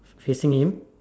facing him